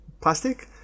plastic